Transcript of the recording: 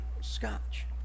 scotch